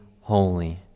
holy